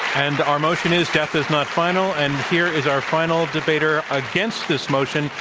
and our motion is, death is not final, and here is our final debater against this motion,